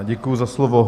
Děkuji za slovo.